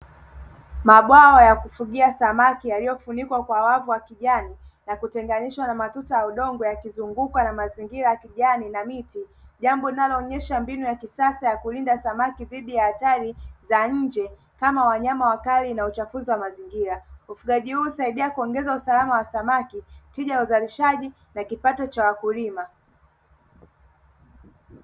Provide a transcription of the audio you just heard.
Mabwawa ya kufugia samaki yaliyofunikwa kwa wavu wa kijani na kutengenishwa na matuta ya udongo yakizungukwa na mazingira ya kijani na miti, jambo linaloonyesha mbinu ya kisasa ya kulinda samaki dhidi ya hatari za nje kama wanyama wakali na uchafuzi wa mazingira. Ufugaji huu husaidia kuongeza usalama wa samaki, tija ya uzalishaji na kipato cha wakulima.